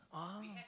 ah